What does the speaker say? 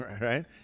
right